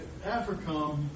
AFRICOM